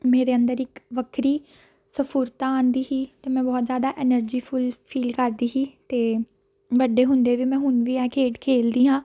ਮੇਰੇ ਅੰਦਰ ਇੱਕ ਵੱਖਰੀ ਸਫੁਰਤਾ ਆਉਂਦੀ ਸੀ ਅਤੇ ਮੈਂ ਬਹੁਤ ਜ਼ਿਆਦਾ ਐਨਰਜੀ ਫੁੱਲ ਫੀਲ ਕਰਦੀ ਸੀ ਅਤੇ ਵੱਡੇ ਹੁੰਦੇ ਵੀ ਮੈਂ ਹੁਣ ਵੀ ਇਹ ਖੇਡ ਖੇਡਦੀ ਹਾਂ